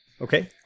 Okay